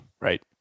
right